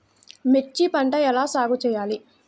మిర్చి పంట ఎలా సాగు చేయాలి?